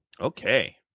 Okay